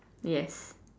yes